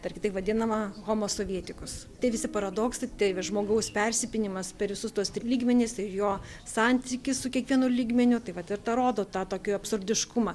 dar kitaip vadinamą homo sovietikus tai visi paradoksai tai žmogaus persipynimas per visus tuos tris lygmenis jo santykis su kiekvienu lygmeniu tai vat ir tą rodo tą tokį absurdiškumą